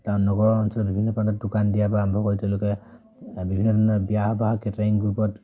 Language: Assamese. তাৰ নগৰ অঞ্চলত বিভিন্ন ধৰণৰ দোকান দিয়াৰ পৰা আৰম্ভ কৰি তেওঁলোকে বিভিন্ন ধৰণৰ বিয়া সবাহৰ কেটাৰিং গ্ৰুপত